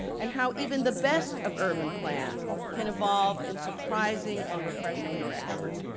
and how even the best of urban plans can evolve in surprising and refreshing directions.